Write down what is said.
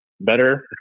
better